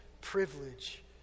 privilege